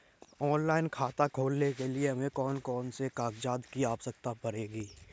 Online खाता खोलने के लिए हमें कौन कौन से कागजात की आवश्यकता पड़ेगी?